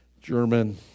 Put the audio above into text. German